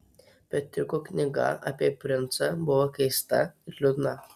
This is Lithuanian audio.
petriuko knyga apie princą buvo keista ir liūdna